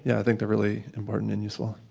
yeah i think they're really important and useful.